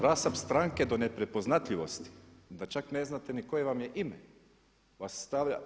Rasap stranke do neprepoznatljivosti, da čak ne znate ni koje vam je ime vas stavlja.